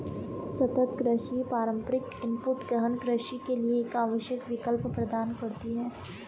सतत कृषि पारंपरिक इनपुट गहन कृषि के लिए एक आवश्यक विकल्प प्रदान करती है